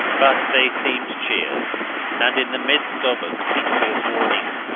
but they seemed cheered and in the midst of obsequious warnings,